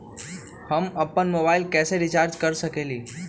हम अपन मोबाइल कैसे रिचार्ज कर सकेली?